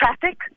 traffic